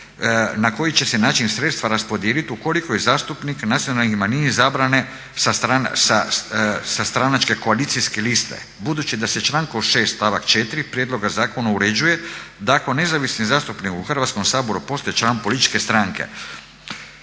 na koji će se način sredstva raspodijeliti ukoliko je zastupnik nacionalnih manjina izabran sa stranačke koalicijske liste budući da se člankom 6. stavak 4. prijedloga zakona uređuje da ako nezavisni zastupnik u Hrvatskom saboru postaje član političke stranke